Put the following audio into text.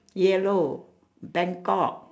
yellow bangkok